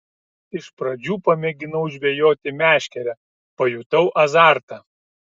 iš pradžių pamėginau žvejoti meškere pajutau azartą